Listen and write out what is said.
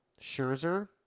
Scherzer